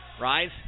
Rise